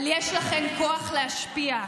אבל יש לכן כוח להשפיע.